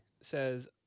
says